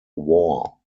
war